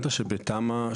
מה השם?